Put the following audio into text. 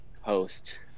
host